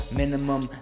minimum